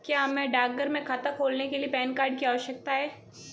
क्या हमें डाकघर में खाता खोलने के लिए पैन कार्ड की आवश्यकता है?